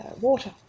water